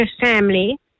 family